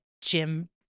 Jim